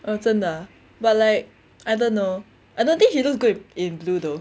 哦真的啊 but like I don't know I don't think she looks good in blue though